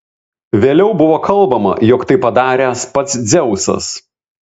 vėliau buvo kalbama jog tai padaręs pats dzeusas